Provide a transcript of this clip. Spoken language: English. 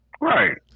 Right